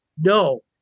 No